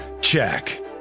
Check